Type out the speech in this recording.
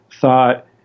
thought